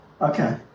Okay